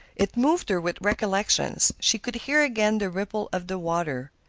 it moved her with recollections. she could hear again the ripple of the water,